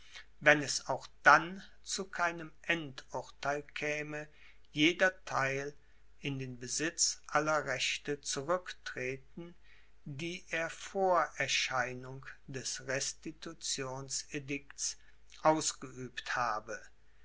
wenn es auch dann zu keinem endurtheil käme jeder theil in den besitz aller rechte zurücktreten die er vor erscheinung des restitutionsedikts ausgeübt habe